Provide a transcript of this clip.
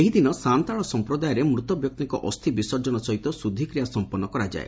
ଏହି ଦିନ ସାନ୍ତାଳ ସଂପ୍ରଦାୟରେ ମୃତବ୍ୟକ୍ତିଙ୍କ ଅସ୍ଥି ବିସର୍ଜନ ସହିତ ଶୁଦ୍ଧିକ୍ରିୟା ସଂପନ୍ନ କରାଯାଏ